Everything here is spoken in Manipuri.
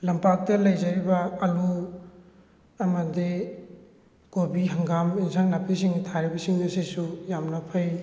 ꯂꯝꯄꯥꯛꯇ ꯂꯩꯖꯔꯤꯕ ꯑꯂꯨ ꯑꯃꯗꯤ ꯀꯣꯕꯤ ꯍꯪꯒꯥꯝ ꯏꯟꯁꯥꯡ ꯅꯥꯄꯤꯁꯤꯡ ꯊꯥꯔꯤꯕꯁꯤꯡ ꯑꯁꯤꯁꯨ ꯌꯥꯝꯅ ꯐꯩ